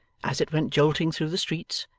as it went jolting through the streets,